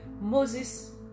Moses